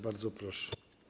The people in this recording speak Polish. Bardzo proszę.